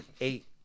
eight